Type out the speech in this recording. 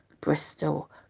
Bristol